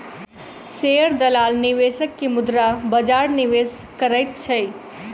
share दलाल निवेशक के मुद्रा बजार निवेश करैत अछि